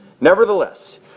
Nevertheless